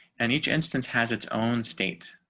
and each instance has its own state.